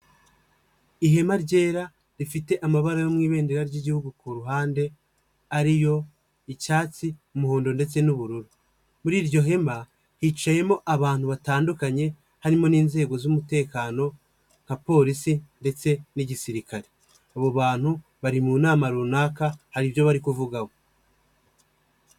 Ihema ryera rifite amabara yo mu ibendera ry'Igihugu ku ruhande. Ariyo icyatsi, umuhondo ndetse n'ubururu. Muri iryo hema hicayemo abantu batandukanye. Harimo n'inzego z'umutekano nka polisi ndetse n'igisirikare. Abo bantu bari mu nama runaka hari ibyo bari kuvugaho.